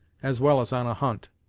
as well as on a hunt.